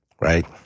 right